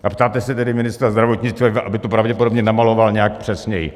A ptáte se tedy ministra zdravotnictví, aby to pravděpodobně namaloval nějak přesněji.